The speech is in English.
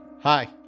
Hi